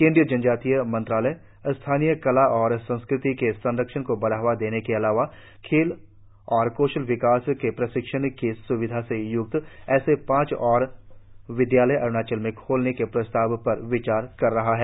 केंद्रीय जनजातीय मंत्रालय स्थानीय कला और संस्कृति के संरक्षण को बढ़ावा देने के अलावा खेल और कौशल विकास के प्रशिक्षण की स्विधा से य्क्त ऐसे पांच और विद्यालय अरुणाचल में खोलने के प्रस्ताव पर विचार कर रहा है